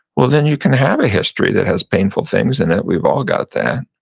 well, then you can have a history that has painful things in it, we've all got that.